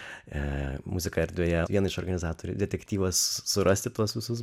muzika erdvėje viena iš organizatorių detektyvas surasti tuos visus